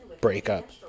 breakup